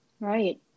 Right